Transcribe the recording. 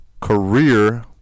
Career